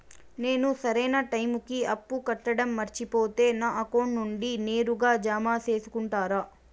నేను సరైన టైముకి అప్పు కట్టడం మర్చిపోతే నా అకౌంట్ నుండి నేరుగా జామ సేసుకుంటారా?